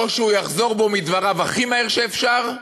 או שהוא יחזור בו מדבריו הכי מהר שאפשר,